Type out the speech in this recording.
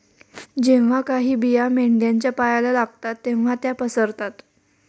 जेव्हा काही बिया मेंढ्यांच्या पायाला लागतात तेव्हा त्या पसरतात